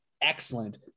excellent